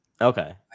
Okay